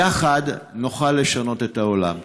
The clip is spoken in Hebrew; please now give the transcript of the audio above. יחד נוכל לשנות את העולם.